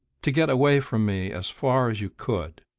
to get away from me as far as you could?